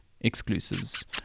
exclusives